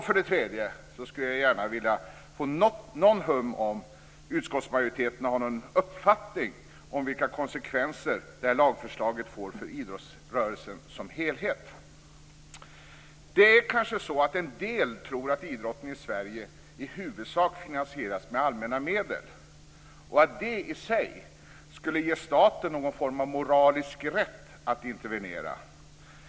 För det tredje skulle jag gärna vilja få ett hum om huruvida utskottsmajoriteten har en uppfattning om vilka konsekvenser det här lagförslaget får idrottsrörelsen som helhet. Det är kanske så att en del tror att idrotten i Sverige i huvudsak finansieras med allmänna medel och att detta i sig skulle ge staten någon form av moralisk rätt att intervenera.